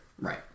Right